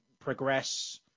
progress